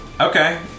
Okay